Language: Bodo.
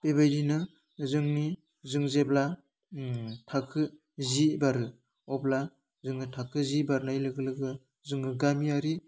बेबायदिनो जोंनि जों जेब्ला ओम थाखो जि बारो अब्ला जोङो थाखो जि बारनाय लोगो लोगो जोङो गामियारि